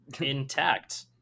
intact